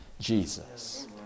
Jesus